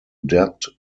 debt